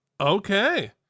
Okay